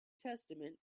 testament